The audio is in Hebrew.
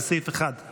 זה סעיף 1,